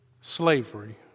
slavery